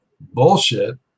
bullshit